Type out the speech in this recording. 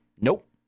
nope